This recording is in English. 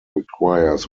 requires